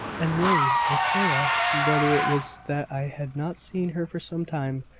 and really, priscilla, whether it was that i had not seen her for some time,